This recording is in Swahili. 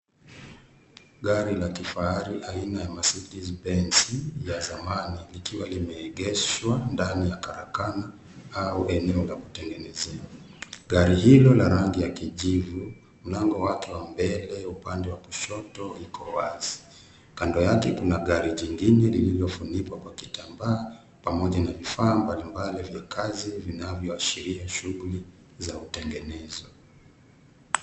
Gari la kifahari aina ya Mercedes benz ya zamani, likiwa limeegeshwa ndani ya karakana au eneo la kutengenezea. Gari hilo la rangi ya kijivu, mlango wake wa mbele upande wa kushoto liko wazi. Kando yake kuna gari jingine lililofunikwa kwa kitambaa, pamoja na vifaa mbalimbali vya kazi vinavyo ashiria shughuli za utengenezo.